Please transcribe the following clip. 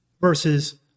versus